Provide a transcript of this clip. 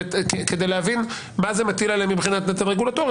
כדי להבין מה זה מטיל עליהם מבחינת נטל רגולטורי.